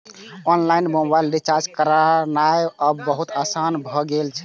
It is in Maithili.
ऑनलाइन मोबाइल रिचार्ज करनाय आब बहुत आसान भए गेल छै